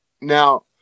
Now